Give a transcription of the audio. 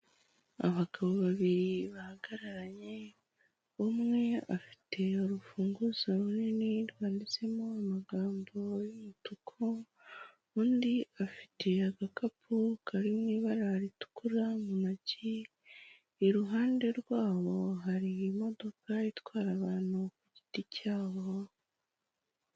Abagabo babiri bahagararanye, umwe afite urufunguzo runini rwanditsemo amagambo y'umutuku, undi afite agakapu kari mu ibara ritukura mu ntoki, iruhande rwabo hari imodoka itwara abantu ku giti cyabo.